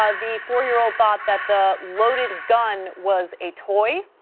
ah the four-year-old thought that the loaded gun was a toy.